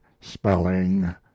spelling